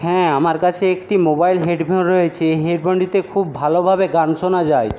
হ্যাঁ আমার কাছে একটি মোবাইল হেডফোন রয়েছে হেডফোনটিতে খুব ভালোভাবে গান শোনা যায়